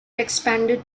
expanded